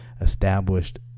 established